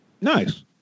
Nice